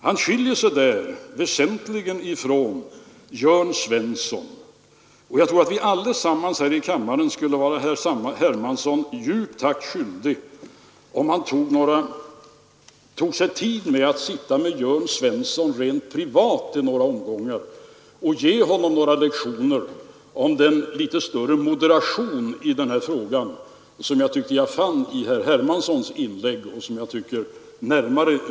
Han skiljer sig där väsentligen ifrån Jörn Svensson, och jag Nr 98 tror att vi allesamman här i Kammaren skulle varg herr Hermansson stök Torsdagen den tack skyldiga, om han tog sig tid att sitta med Jörn Svensson rent privat i 24 maj 1973 några omgångar och ge honom några lektioner om litet större moderation i argumenteringen i den här frågan. Jag tyckte att jag fann i herr Allmänna pensions Hermanssons inlägg att han ligger sanningen närmare.